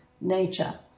nature